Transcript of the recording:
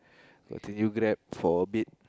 continue Grab for a bit